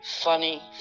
funny